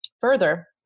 Further